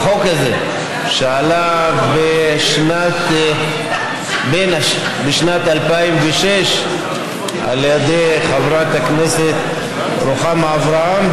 את החוק הזה שעלה בשנת 2006 על ידי חברת הכנסת רוחמה אברהם,